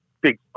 big